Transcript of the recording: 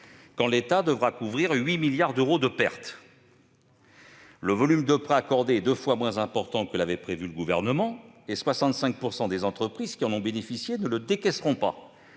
quand l'État devra couvrir 8 milliards d'euros de pertes. Le volume de prêts accordés est deux fois moins important que ce qu'avait prévu le Gouvernement et 65 % des entreprises qui en ont bénéficié ne le décaisseront pas.